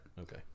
Okay